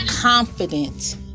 confident